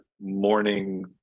morning